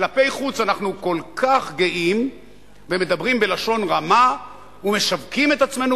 כלפי חוץ אנחנו כל כך גאים ומדברים בלשון רמה ומשווקים את עצמנו,